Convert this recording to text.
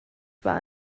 war